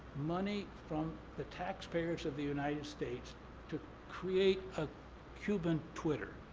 money from the tax payers of the united states to create a cuban twitter,